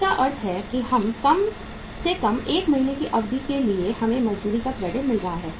इसका अर्थ है कि कम से कम 1 महीने की अवधि के लिए हमें मजदूरी का क्रेडिट मिल रहा है